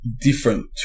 different